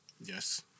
Yes